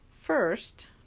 first